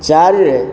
ଚାରିରେ